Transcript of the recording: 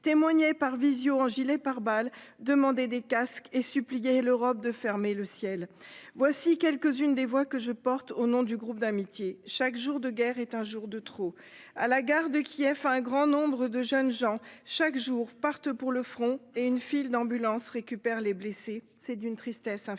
témoigné par visio-en gilet pare-balles demander des casques et supplier l'Europe de fermer le ciel voici quelques-unes des voix que je porte au nom du groupe d'amitié chaque jour de guerre est un jour de trop à la gare de Kiev, un grand nombre de jeunes gens chaque jour partent pour le front et une file d'ambulances récupère les blessés. C'est d'une tristesse infinie.